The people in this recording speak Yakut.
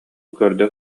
көрдө